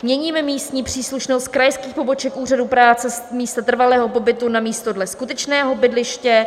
Měníme místní příslušnost krajských poboček úřadů práce z místa trvalého pobytu na místo dle skutečného bydliště.